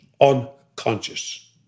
unconscious